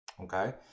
okay